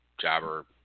jobber